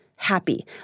happy